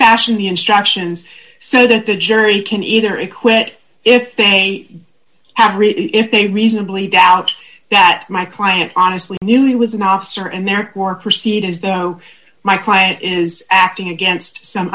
fashion the instructions so that the jury can either it quit if they have read it they reasonably doubt that my client honestly knew he was an officer and therefore proceed as though my client is acting against some